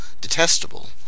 detestable